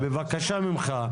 בבקשה ממך.